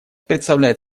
представляет